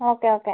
okay okay